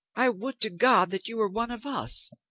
i would to god that you were one of us,